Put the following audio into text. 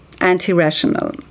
anti-rational